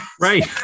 Right